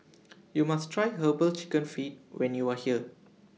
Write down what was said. YOU must Try Herbal Chicken Feet when YOU Are here